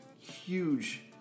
huge